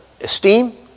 esteem